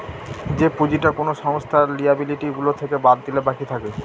যে পুঁজিটা কোনো সংস্থার লিয়াবিলিটি গুলো থেকে বাদ দিলে বাকি থাকে